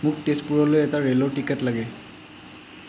মোক তেজপুৰলৈ এটা ৰে'লৰ টিকেট লাগে